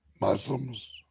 Muslims